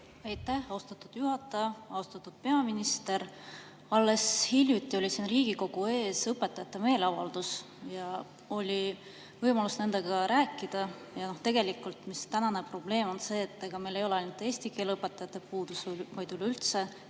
austatud juhataja! Austatud peaminister! Alles hiljuti oli siin Riigikogu ees õpetajate meeleavaldus ja oli võimalus nendega rääkida. Ja tegelikult on tänane probleem see, et ega meil ei ole ainult eesti keele õpetajate puudus, vaid üleüldse